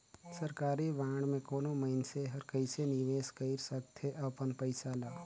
सरकारी बांड में कोनो मइनसे हर कइसे निवेश कइर सकथे अपन पइसा ल